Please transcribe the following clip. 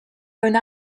own